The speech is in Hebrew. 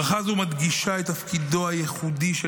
ברכה זו מדגישה את תפקידו הייחודי של